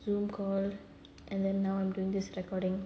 Zoom call and then now I'm doing this recording